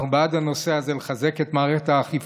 אנחנו בעד הנושא הזה, לחזק את מערכת האכיפה,